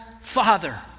father